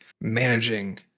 managing